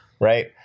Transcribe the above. right